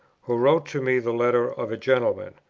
who wrote to me the letter of a gentleman.